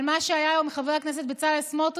על מה שהיה היום עם חבר הכנסת בצלאל סמוטריץ'.